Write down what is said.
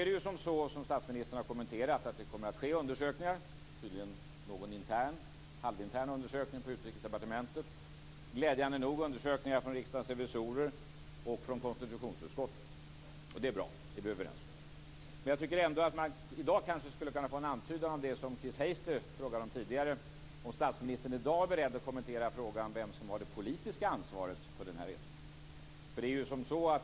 Det är som så, och som statsministern har kommenterat, att det kommer att ske undersökningar - tydligen någon halvintern undersökning på Utrikesdepartementet och glädjande nog undersökningar från Riksdagens revisorer och konstitutionsutskottet. Det är bra, det är vi överens om. Jag tycker ändå att man i dag kanske skulle få en antydan om det som Chris Heister frågade om tidigare, om statsministern i dag är beredd att kommentera frågan vem som har det politiska ansvaret för den här resan.